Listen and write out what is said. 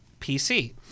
PC